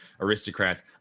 aristocrats